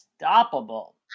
unstoppable